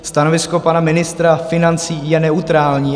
Stanovisko pana ministra financí je neutrální.